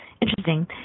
interesting